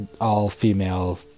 all-female